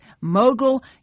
mogul